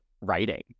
writing